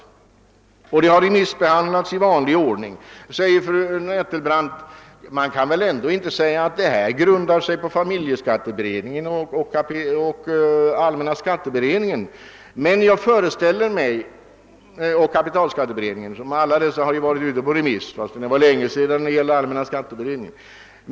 Förslaget har också remissbehandlats i vanlig ordning. Fru Nettelbrandt säger att man väl ändå inte kan hävda att förslaget grundar sig på betänkandena från familjeskatteberedningen, allmänna skatteberedningen och kapitalskatteberedningen, vilka alla varit ute på remiss — även om det är länge sedan när det gäller allmänna skatteberedningens betänkande.